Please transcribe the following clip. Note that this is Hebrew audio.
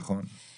נכון.